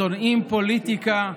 שונאים פוליטיקה,